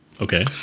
Okay